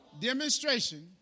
demonstration